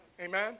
Amen